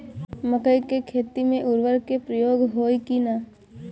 मकई के खेती में उर्वरक के प्रयोग होई की ना?